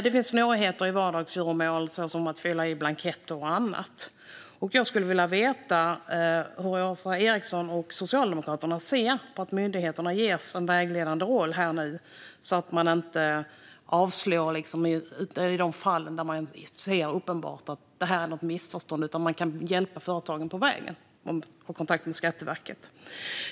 Det finns snårigheter i vardagsgöromål som att fylla i blanketter och annat. Jag skulle vilja veta hur Åsa Eriksson och Socialdemokraterna ser på att myndigheterna ges en vägledande roll här och nu så att de inte avslår i de fall där det är uppenbart att det är något missförstånd utan kan hjälpa företagen på vägen om de har kontakt med Skatteverket.